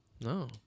No